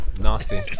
Nasty